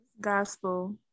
gospel